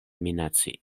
minaci